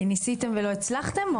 כי ניסיתם ולא הצלחתם?